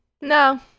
no